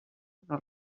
del